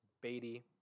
Beatty